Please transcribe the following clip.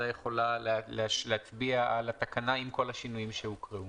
יכולה להצביע על התקנה עם כל השינויים שהוקראו.